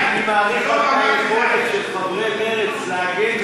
אני מעריך גם את היכולת של חברי מרצ להגן,